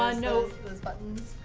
ah no. those buttons?